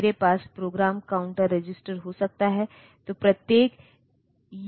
यह 40 pin package एक मानक पैकेज है उसके बाद मुझे लगता है कि पिंस की संख्या 64 है